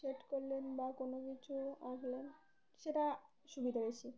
shade করলেন বা কোনো কিছু আঁকলেন সেটা সুবিধা বেশি